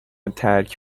ترک